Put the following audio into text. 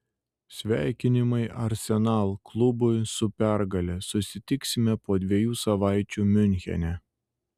sveikinimai arsenal klubui su pergale susitiksime po dviejų savaičių miunchene